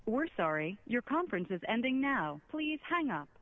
we're sorry your conference is ending now please hang up